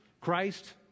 Christ